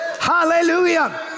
Hallelujah